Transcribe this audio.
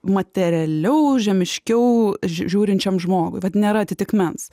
materialiau žemiškiau žiūrinčiam žmogui vat nėra atitikmens